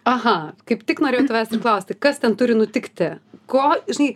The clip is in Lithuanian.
aha kaip tik norėjau tavęs ir klausti kas ten turi nutikti ko žinai